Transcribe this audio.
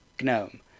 GNOME